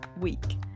week